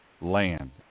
land